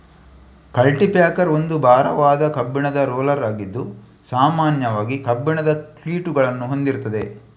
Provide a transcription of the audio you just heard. culti packer ಒಂದು ಭಾರವಾದ ಕಬ್ಬಿಣದ ರೋಲರ್ ಆಗಿದ್ದು ಸಾಮಾನ್ಯವಾಗಿ ಕಬ್ಬಿಣದ ಕ್ಲೀಟುಗಳನ್ನ ಹೊಂದಿರ್ತದೆ